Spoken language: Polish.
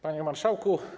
Panie Marszałku!